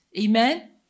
Amen